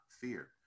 fear